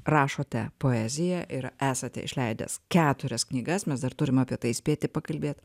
rašote poeziją ir esate išleidęs keturias knygas mes dar turim apie tai spėti pakalbėt